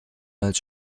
als